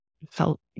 felt